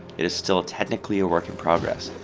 it is still technically a work in progress,